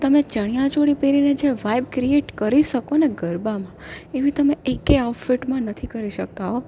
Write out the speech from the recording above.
તમે ચણિયાચોળી પહેરીને જે વાઈબ ક્રિએટ કરી શકોને ગરબામાં એવી તમે એકે આઉટફિટમાં નથી કરી શકતા હો